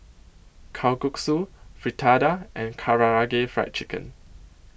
Kalguksu Fritada and Karaage Fried Chicken